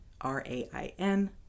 R-A-I-N